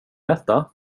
äta